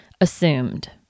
assumed